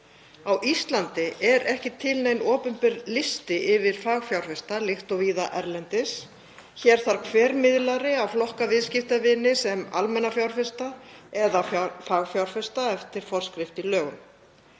Á Íslandi er ekki til neinn opinber listi yfir fagfjárfesta líkt og víða erlendis. Hér þarf hver miðlari að flokka viðskiptavini sem almenna fjárfesta eða fagfjárfesta eftir forskrift í lögum.